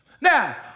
Now